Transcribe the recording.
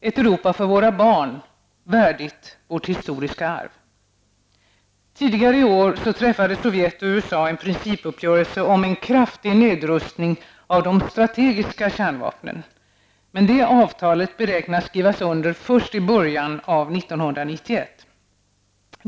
Ett Europa för våra barn värdigt vårt historiska arv. Tidigare i år träffade Sovjet och USA en principuppgörelse om en kraftig nedrustning av de strategiska kärnvapnen, men det avtalet beräknas bli underskrivet först i början av 1991.